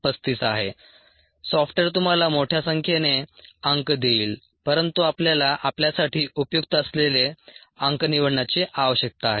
software तुम्हाला मोठ्या संख्येने अंक देईल परंतु आपल्याला आपल्यासाठी उपयुक्त असलेले अंक निवडण्याची आवश्यकता आहे